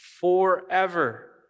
forever